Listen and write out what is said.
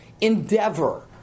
Endeavor